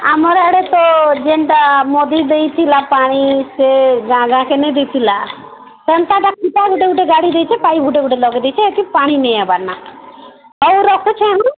ଆମର ଇୟାଡ଼େ ତ ଯେନ୍ତା ମୋଦୀ ଦେଇଥିଲା ପାଣି ସେ ଗାଁ ଗାଁ କେ ନେଇ ଦେଇଥିଲା କେନ୍ତା ଟା ଫିଟା ଗୁଟେ ଗୁଟେ ଗାଡ଼ି ଦେଇଚି ପାଇପ୍ ଗୁଟେ ଗୁଟେ ଲଗେଇ ଦେଇଚି ଏଠି ପାଣି ନେଇ ଆବାରା ନା ହଉ ରଖୁଛି